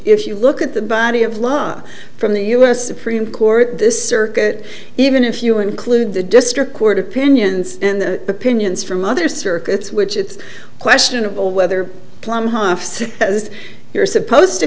if you look at the body of law from the u s supreme court this circuit even if you include the district court opinions and the pinions from other circuits which it's questionable whether plumb hoff's as you're supposed to